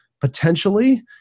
potentially